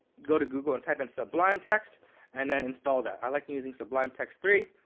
go to google and type in sublime text and then install that. i like using sublime text three.